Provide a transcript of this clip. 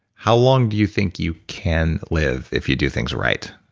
how long do you think you can live if you do things right?